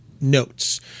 notes